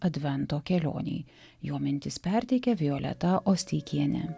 advento kelionei jo mintis perteikia violeta osteikienė